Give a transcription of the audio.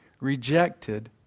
rejected